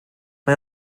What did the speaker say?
mae